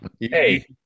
Hey